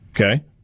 Okay